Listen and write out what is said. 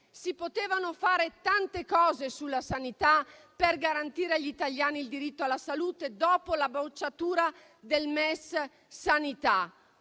Si potevano fare tante cose per la sanità, per garantire agli italiani il diritto alla salute, dopo la bocciatura del MES sanitario,